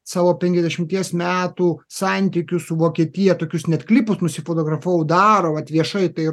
savo penkiasdešimties metų santykius su vokietija tokius net klipus nusifotografavau daro vat viešai tai